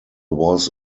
was